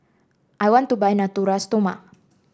I want to buy Natura Stoma